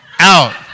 out